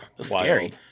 scary